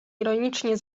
ironicznie